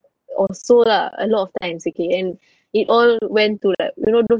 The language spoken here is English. also lah a lot of times and it all went to like you know those